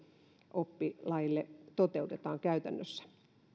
oppilaille toteutetaan käytännössä